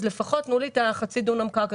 אז שלפחות שייתנו לה חצי דונם קרקע.